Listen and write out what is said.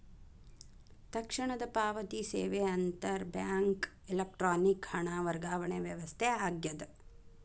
ತಕ್ಷಣದ ಪಾವತಿ ಸೇವೆ ಅಂತರ್ ಬ್ಯಾಂಕ್ ಎಲೆಕ್ಟ್ರಾನಿಕ್ ಹಣ ವರ್ಗಾವಣೆ ವ್ಯವಸ್ಥೆ ಆಗ್ಯದ